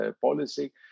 policy